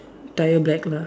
tyre black lah